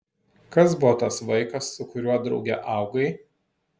kas buvo tas vaikas su kuriuo drauge augai